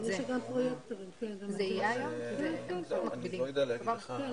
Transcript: זה לא עניין של מתן הקלות.